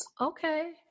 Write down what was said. Okay